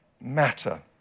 matter